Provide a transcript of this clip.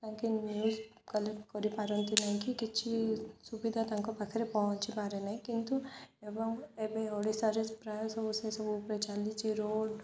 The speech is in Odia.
ସେମାନେ ନ୍ୟୁଜ କଲେକ୍ଟ କରିପାରନ୍ତି ନାହିଁକି କିଛି ସୁବିଧା ତାଙ୍କ ପାଖରେ ପହଞ୍ଚିପାରେ ନାହିଁ କିନ୍ତୁ ଏବଂ ଏବେ ଓଡ଼ିଶାରେ ପ୍ରାୟ ସବୁ ସେସବୁ ଉପରେ ଚାଲିଛି ରୋଡ୍